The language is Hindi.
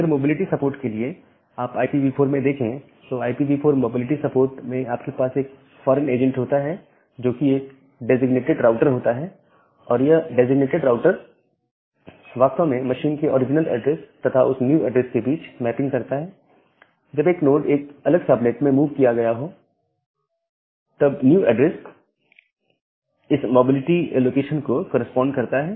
अगर मोबिलिटी सपोर्ट के लिए आप IPv4 में देखें तो IPv4 मोबिलिटी सपोर्ट में आपके पास एक फॉरेन एजेंट होता है जो कि एक डेजिग्नेटिड राउटर होता है और यह डेजिग्नेटिड राउटर वास्तव में मशीन के ओरिजिनल एड्रेस तथा उस न्यू एड्रेस के बीच मैपिंग करता है जब एक नोड एक अलग सबनेट में मूव किया हो तब न्यू ऐड्रेस इस मोबिलिटी लोकेशन को करेस्पॉन्ड करता है